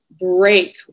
break